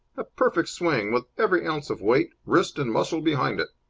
a perfect swing, with every ounce of weight, wrist, and muscle behind it.